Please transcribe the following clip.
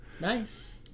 Nice